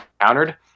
countered